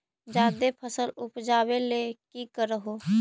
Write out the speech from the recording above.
जादे फसल उपजाबे ले की कर हो?